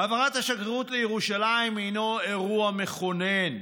העברת השגרירות לירושלים היא אירוע מכונן.